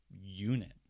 unit